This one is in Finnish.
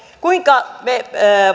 kuinka me